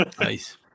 Nice